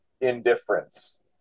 indifference